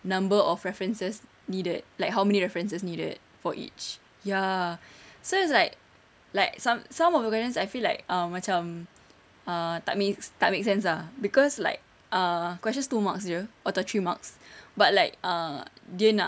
number of references needed like how many references needed for each ya so it's like like some some of the questions I feel like um macam ah tak make tak make sense ah cause like err questions two marks jer atau three marks but like uh dia nak